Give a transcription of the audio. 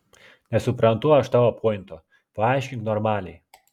nesuprantu aš tavo pointo paaiškink normaliai